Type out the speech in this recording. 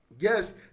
Yes